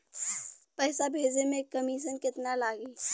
पैसा भेजे में कमिशन केतना लागि?